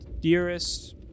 dearest